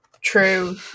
True